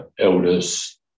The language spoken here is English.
elders